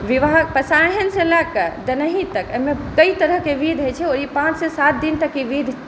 विवाह पसाहनिसँ लऽ कऽ दनहि तक एहिमे कएक तरहके बिध होइ छै ओ पाँचसँ सात दिन तक ई बिध